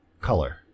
color